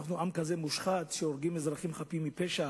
אם אנחנו עם כזה מושחת שהורגים אזרחים חפים מפשע